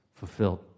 fulfilled